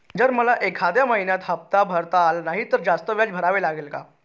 जर मला एखाद्या महिन्यात हफ्ता भरता आला नाही तर जास्त व्याज भरावे लागेल का?